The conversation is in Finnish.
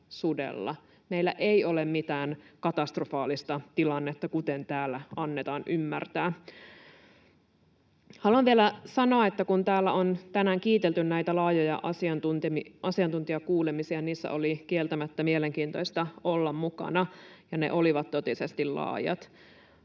Meillä ei ole mitään katastrofaalista tilannetta, kuten täällä annetaan ymmärtää. Haluan vielä sanoa, että kun täällä on tänään kiitelty näitä laajoja asiantuntijakuulemisia — niissä oli kieltämättä mielenkiintoista olla mukana, ja ne olivat totisesti laajat